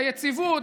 ליציבות,